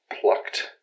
plucked